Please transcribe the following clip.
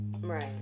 Right